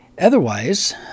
Otherwise